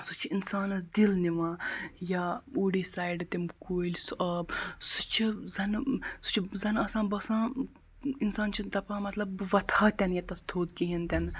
سُہ چھُ اِنسانَس دِل نِوان یا اوٗڑی سایڈٕ تِم کُلۍ سُہ آب سُہ چھُ زَنہٕ سُہ چھُ زنہٕ آسان باسان اِنسان چھُ دَپان مطلب بہٕ وتھہٕ ہا تہِ نہٕ ییٚتَس تھوٚد کِہیٖنۍ تہِ نہٕ